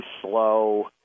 slow